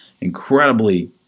incredibly